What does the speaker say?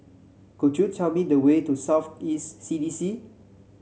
could you tell me the way to South East C D C